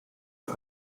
the